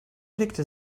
legte